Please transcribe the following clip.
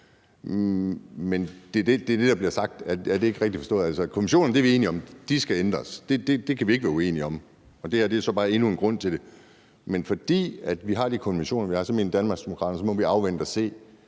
Det er det, der bliver sagt. Er det ikke rigtigt forstået? Altså, vi er enige om, at konventionerne skal ændres; det kan vi ikke være uenige om, og det her er jo så bare endnu en grund til det. Men fordi vi har de konventioner, vi har, så mener Danmarksdemokraterne, at vi må afvente at se,